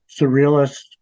surrealist